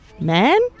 man